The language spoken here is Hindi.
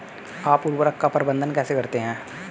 आप उर्वरक का प्रबंधन कैसे करते हैं?